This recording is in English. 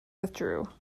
withdrew